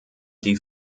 die